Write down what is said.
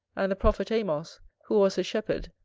and the prophet amos, who was a shepherd,